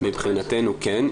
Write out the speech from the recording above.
מבחינתנו כן,